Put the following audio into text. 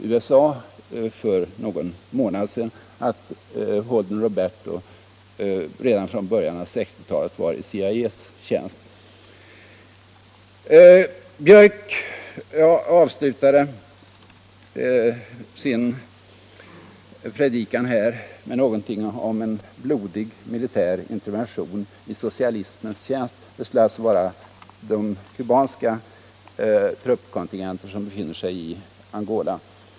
Det har f. ö. blivit bekräftat på nytt från USA för någon månad sedan att Holden Herr Björck avslutade sin predikan här med någonting om en blodig militär intervention i socialismens tjänst; han avser därmed de kubanska truppkontingenter som befinner sig i Angola.